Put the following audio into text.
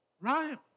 Right